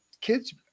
kids